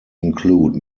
include